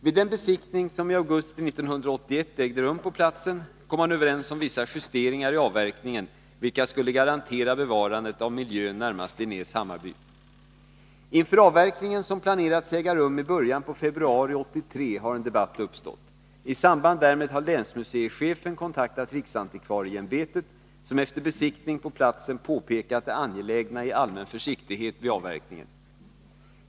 Vid den besiktning som i augusti 1981 ägde rum på platsen kom man överens om vissa justeringar i avverkningen, vilka skulle garantera bevarandet av miljön närmast Linnés Hammarby. Inför avverkningen, som planerats äga rum i början av februari 1983, har en debatt uppstått. I samband härmed har länsmuseichefen kontaktat riksantikvarieämbetet, som efter besiktning på platsen påpekat det angelägna i allmän försiktighet vid avverkningen.